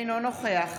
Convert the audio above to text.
אינו נוכח